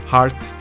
Heart